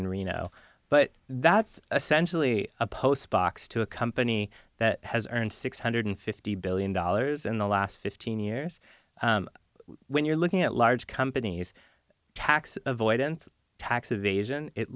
in reno but that's essentially a post box to a company that has earned six hundred fifty billion dollars in the last fifteen years when you're looking at large companies tax avoidance tax evasion it